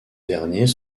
derniers